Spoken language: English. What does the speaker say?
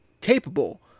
capable